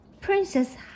Princess